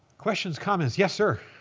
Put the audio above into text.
questions, comments. yes, sir.